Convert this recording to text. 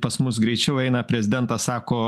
pas mus greičiau eina prezidentas sako